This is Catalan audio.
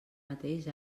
mateix